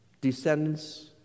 descendants